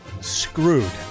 Screwed